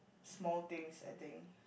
small things I think